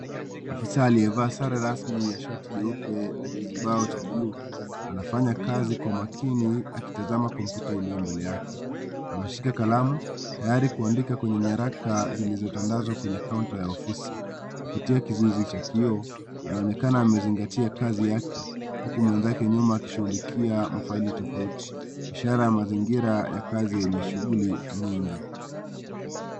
Afisa aliye vaa rasmi ya shati nyeupe na kijibao cha buluu . Anafanya kazi kwa makini akitazama kompyuta iliyo mbele yake . Ameshika kalamu tayari kuandika kwenye nyaraka zilizo tandazwa kwenye kauta ya ofisi kupitia kizuizi cha kioo anaonekana amezingatia kazi yake huku mwenzake huko nyuma akishugulika mafaili tofauti . Ishara ya mazingira ya makazi yenye shughuli nyingi.